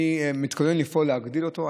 אני מתכוון לפעול להגעלות אותה.